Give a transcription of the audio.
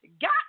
got